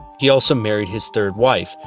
he also married his third wife,